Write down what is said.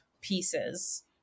pieces